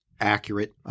accurate